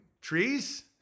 trees